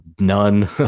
none